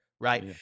right